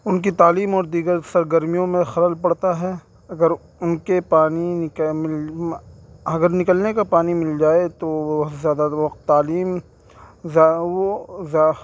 ان کی تعلیم اور دیگر سرگرمیوں میں خلل پڑتا ہے اگر ان کے پانی کا اگر نکلنے کا پانی مل جائے تو وہ زیادہ وقت تعلیم وہ زاہ